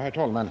Herr talman!